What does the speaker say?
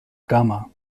gama